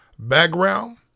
background